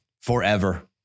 forever